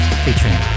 featuring